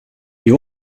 you